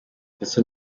ndetse